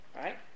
right